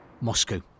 Moscow